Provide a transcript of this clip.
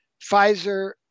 Pfizer